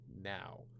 now